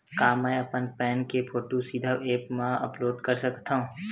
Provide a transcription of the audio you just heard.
का मैं अपन पैन के फोटू सीधा ऐप मा अपलोड कर सकथव?